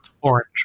Orange